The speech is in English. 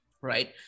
right